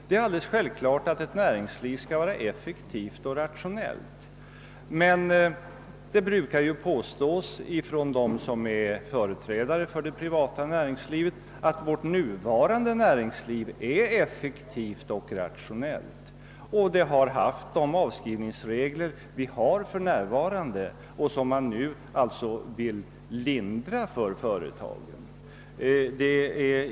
Herr Brandt anförde att ett näringsliv skall vara effektivt och rationellt. Företagen har under lång tid haft mycket gynnsamma avskrivningsregler som man nu vill göra ännu förmånligare.